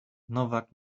nowak